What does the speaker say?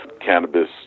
cannabis